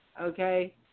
okay